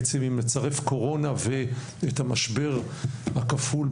אם נצרף קורונה ואת המשבר הכפול,